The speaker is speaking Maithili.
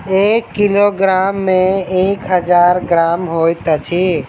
एक किलोग्राम मे एक हजार ग्राम होइत अछि